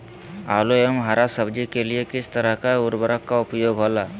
आलू एवं हरा सब्जी के लिए किस तरह का उर्वरक का उपयोग होला?